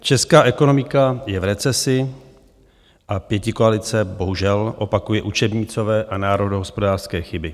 Česká ekonomika je v recesi a pětikoalice bohužel opakuje učebnicové a národohospodářské chyby.